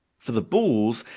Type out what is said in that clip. for the balls,